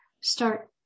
start